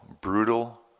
brutal